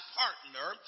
partner